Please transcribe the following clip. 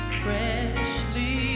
freshly